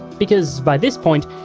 because, by this point,